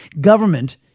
government